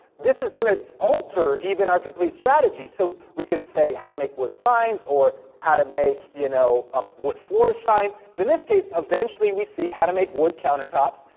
this is gonna alter even our complete strategy. so we could say how to make wood signs, or how to make you know, a wood floor shine. but in this case, eventually we see how to make wood countertops,